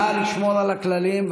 נא לשמור על הכללים.